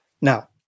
now